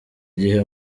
igihe